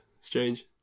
strange